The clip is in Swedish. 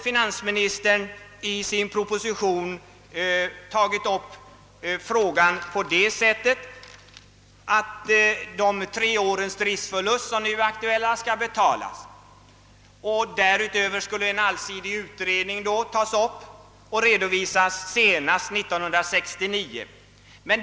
Finansministern har i sin proposition handlagt frågan på det sättet att de tre årens driftsförlust, som nu är aktuell, skall betalas. Dessutom skall en allsidig utredning göras och redovisas senast år 1969.